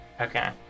okay